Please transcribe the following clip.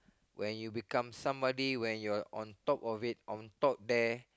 when you become somebody when you are on top of it on top there